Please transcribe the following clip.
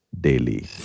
daily